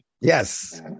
Yes